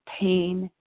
pain